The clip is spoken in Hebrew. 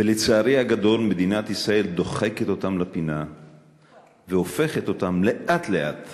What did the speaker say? ולצערי הגדול מדינת ישראל דוחקת אותם לפינה והופכת אותם לאט-לאט